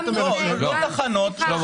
בנו תחנות --- איזה חוסר אמון --- שלמה,